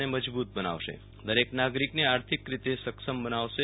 અને મજબુત બનવાશે દરેક નાગરિકને આર્થિક રીતે સક્ષમ બનાવશે